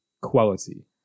quality